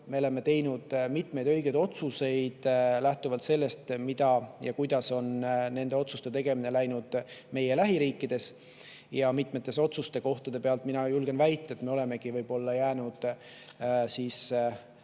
Me oleme teinud mitmeid õigeid otsuseid lähtuvalt sellest, kuidas on nende otsuste tegemine läinud meie lähiriikides. Ja mitmete otsuste koha pealt, mina julgen väita, me oleme jäänud mõnes